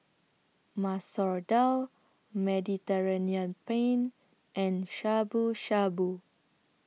Masoor Dal Mediterranean Penne and Shabu Shabu